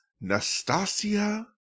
Nastasia